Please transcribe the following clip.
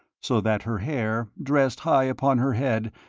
so that her hair, dressed high upon her head,